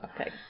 okay